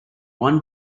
one